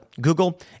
Google